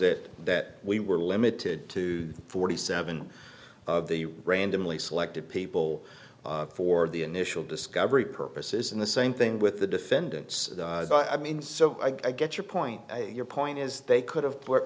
it that we were limited to forty seven of the randomly selected people for the initial discovery purposes and the same thing with the defendants i mean so i get your point your point is they could